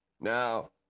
Now